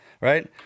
Right